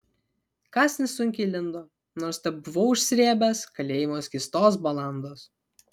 kąsnis sunkiai lindo nors tebuvau užsrėbęs kalėjimo skystos balandos